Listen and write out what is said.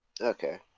Okay